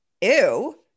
ew